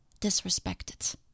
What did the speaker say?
disrespected